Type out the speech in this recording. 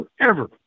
forever